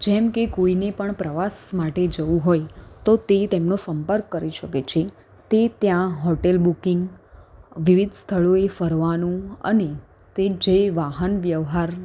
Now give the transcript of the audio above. જેમકે કોઈને પણ પ્રવાસ માટે જવું હોય તો તે તેમનો સંપર્ક કરી શકે છે તે ત્યાં હોટેલ બુકિંગ વિવિધ સ્થળોએ ફરવાનું અને તે જે વાહન વ્યવહાર